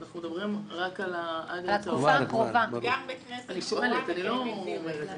אנחנו מדברים רק --- אני שואלת, אני לא אומרת.